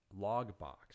Logbox